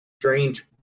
strange